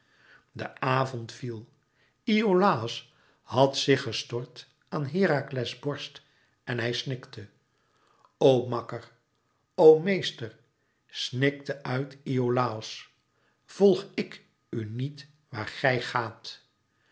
de avond viel iolàos had zich gestort aan herakles borst en hij snikte o makker o meester snikte uit iolàos volg ik u niet waar gij gaat